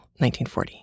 1940